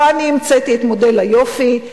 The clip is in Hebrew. לא אני המצאתי את מודל היופי,